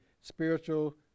Spiritual